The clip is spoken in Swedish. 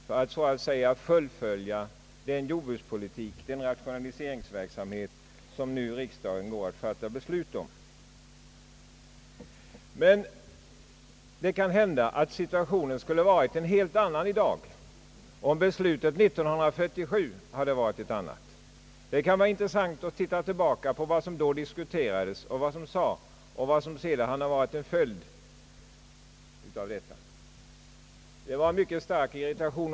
De skall så att säga fullfölja den jordbrukspolitik och den rationaliseringsverksamhet som = riksdagen fastställt och kommer att besluta om. Det kan hända att situationen skulle ha varit en annan, om beslutet 1947 hade varit ett annat. Det kan vara intressant att titta tillbaka på vad som då diskuterades och utröna vad som möjligen kan vara en följd av det beslut som fattades den gången.